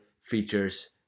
features